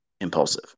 impulsive